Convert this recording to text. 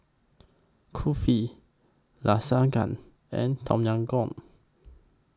Kulfi Lasagna and Tom Yam Goong